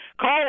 call